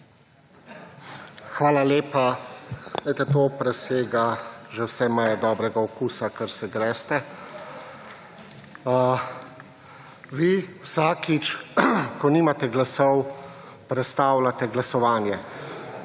Hvala lepa. Glejte, to presega že vse meje dobrega okusa, kar se greste. Vi vsakič ko nimate glasov, prestavljate glasovanje.